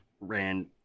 ran